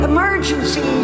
emergency